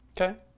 Okay